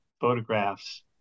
photographs